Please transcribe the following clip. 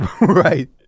Right